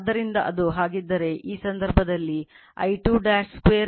ಆದ್ದರಿಂದ ಈ loss 2 R2